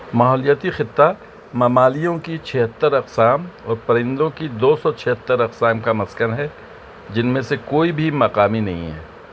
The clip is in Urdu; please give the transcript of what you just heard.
ماحولیاتی خطہ ممالیوں کی چھہتر اقسام اور پرندوں کی دو سو چھہتر اقسام کا مسکن ہے جن میں سے کوئی بھی مقامی نہیں ہے